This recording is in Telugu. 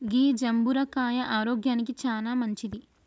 గీ జంబుర కాయ ఆరోగ్యానికి చానా మంచింది